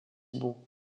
bon